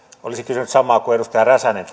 olisin kysynyt samaa kuin edustaja räsänen